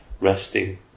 resting